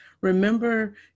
remember